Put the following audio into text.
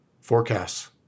Forecasts